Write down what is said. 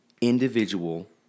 individual